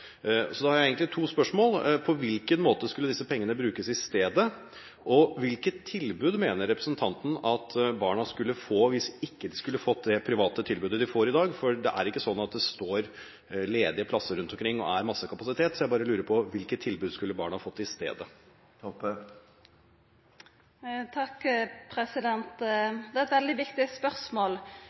Så da har jeg egentlig to spørsmål: På hvilken måte skulle disse pengene brukes i stedet? Og hvilke tilbud mener representanten at barna skulle få, hvis de ikke skulle fått det private tilbudet de får i dag? Det er ikke slik at det står ledige plasser rundt omkring, at det er masse kapasitet, så jeg bare lurer på hvilke tilbud barna skulle fått isteden. Det er et veldig viktig spørsmål,